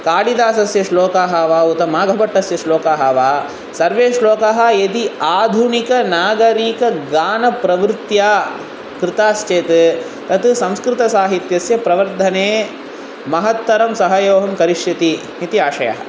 कालिदासस्य श्लोकाः वा उत माघभट्टस्य श्लोकाः वा सर्वे श्लोकाः यदि आधुनिक नागरीक गानप्रवृत्या कृताश्चेत् तत् संस्कृतसाहित्यस्य प्रवर्धने महत्तरं सहयोगं करिष्यति इति आशयः